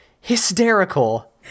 hysterical